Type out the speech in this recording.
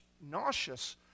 nauseous